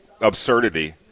absurdity